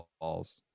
balls